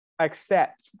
accept